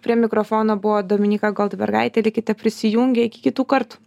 prie mikrofono buvo dominyka goldbergaitė likite prisijungę iki kitų kartų